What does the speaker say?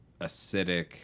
acidic